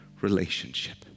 relationship